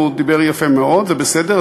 הוא דיבר יפה מאוד, זה בסדר.